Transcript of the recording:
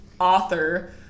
author